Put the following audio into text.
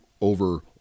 over